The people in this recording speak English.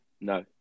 No